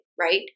right